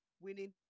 winning